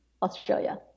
Australia